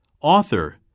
Author